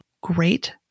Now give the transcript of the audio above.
great